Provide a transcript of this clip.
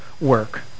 work